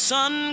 sun